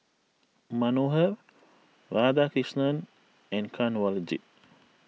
Manohar Radhakrishnan and Kanwaljit